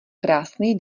krásný